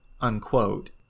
unquote